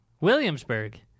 Williamsburg